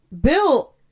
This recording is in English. bill